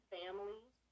families